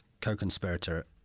co-conspirator